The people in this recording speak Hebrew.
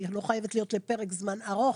היא לא חייבת להיות לפרק זמן ארוך,